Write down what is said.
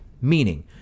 meaning